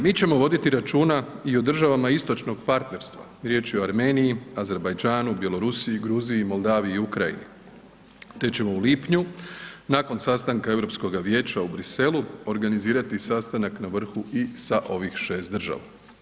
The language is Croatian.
Mi ćemo voditi računa i o državama istočnog partnerstva, riječ je o Armeniji, Azerbajdžanu, Bjelorusiji, Gruziji, Moldaviji i Ukrajini te ćemo u lipnju, nakon sastanka EU vijeća u Bruxellesu organizirati sastanak na vrhu i sa ovih 6 država.